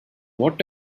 what